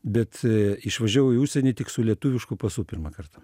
bet išvažiavau į užsienį tik su lietuvišku pasu pirmą kartą